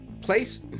place